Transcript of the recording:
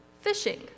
fishing